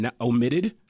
Omitted